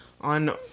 on